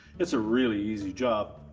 it's a really easy job.